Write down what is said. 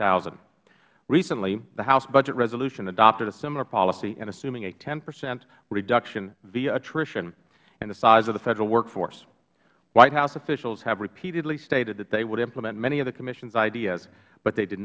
thousand recently the house budget resolution adopted a similar policy in assuming a ten percent reductionhhvia attritionhhin the size of the federal workforce white house officials have repeatedly stated that they would implement many of the commission's ideas but they did